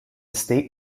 state